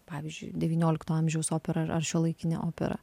pavyzdžiui devyniolikto amžiaus opera ar ar šiuolaikine opera